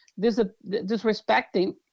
disrespecting